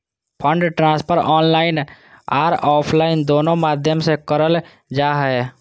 fund transfer online आर offline दोनों माध्यम से करल जा हय